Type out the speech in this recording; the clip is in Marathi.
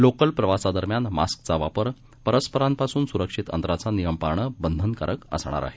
लोकलप्रवासादरम्यानमास्कचावापर परस्परांपासूनसुरक्षितअंतराचानियमपाळणंबंधनकारकअसणारआहे